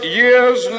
years